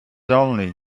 only